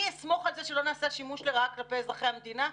אסמוך על זה שלא נעשה שימוש לרעה כלפי אזרחי המדינה?